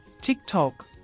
TikTok